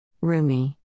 Rumi